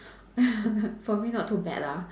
for me not too bad lah